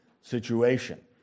situation